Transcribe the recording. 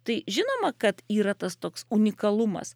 tai žinoma kad yra tas toks unikalumas